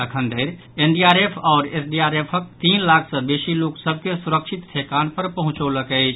अखन धरि एनडीआरएफ आओर एसडीआरएफ तीन लाख सँ बेसी लोक सभ के सुरक्षित ठेकान पर पहुंचौलक अछि